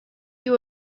you